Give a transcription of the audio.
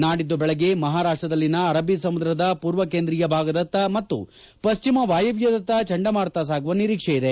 ನಾಡಿದ್ದು ಬೆಳಗ್ಗೆ ಮಹಾರಾಷ್ವದಲ್ಲಿನ ಅರಬ್ಬೀ ಸಮುದ್ರದ ಪೂರ್ವ ಕೇಂದ್ರಿಯ ಭಾಗದತ್ತ ಮತ್ತು ಪಶ್ಚಿಮ ವಾಯವ್ದದತ್ತ ಚಂಡಮಾರುತ ಸಾಗುವ ನಿರೀಕ್ಷೆ ಇದೆ